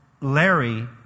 Larry